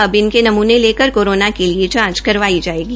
अब इनके नमूने लेकर कोरोना के लिए जांच करवाई जायेगी